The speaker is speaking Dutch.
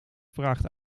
vraagt